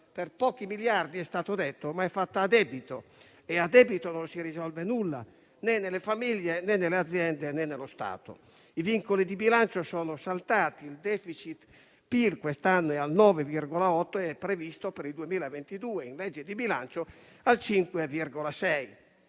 per pochi miliardi, è stato detto, ma è fatta a debito e a debito non si risolve nulla, né per le famiglie, né per le aziende, né per lo Stato. I vincoli di bilancio sono saltati. Il rapporto tra *deficit* e PIL quest'anno è al 9,8, per cento, mentre è previsto per il 2022 in legge di bilancio al 5,6